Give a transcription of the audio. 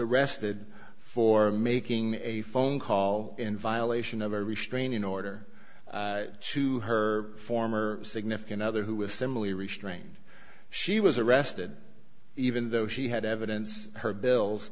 arrested for making a phone call in violation of a restraining order to her former significant other who was similarly restrained she was arrested even though she had evidence her bills